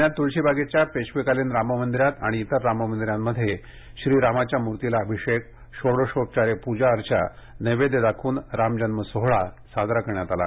पुण्यात तुळशीबागेच्या पेशवेकालीन राम मंदिरात आणि इतर राम मंदिरांमध्ये श्रीरामाच्या मूर्तीस अभिषेक षोडशोपचारे पूजा अर्चा नैवेद्य दाखून रामजन्म सोहळा साजरा करण्यात आला